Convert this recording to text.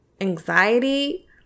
anxiety